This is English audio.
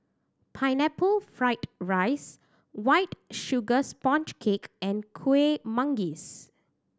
Pineapple Fried rice White Sugar Sponge Cake and Kuih Manggis